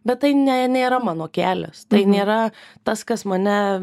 bet tai ne nėra mano kelias tai nėra tas kas mane